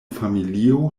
familio